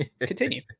Continue